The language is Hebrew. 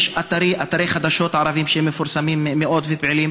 יש אתרי חדשות ערביים מפורסמים מאוד ופעילים,